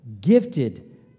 gifted